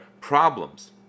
problems